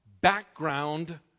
background